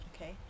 okay